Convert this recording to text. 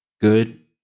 good